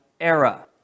era